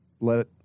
let